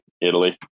Italy